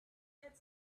get